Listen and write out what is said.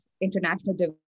International